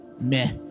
meh